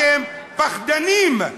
אתם פחדנים.